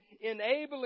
Enabling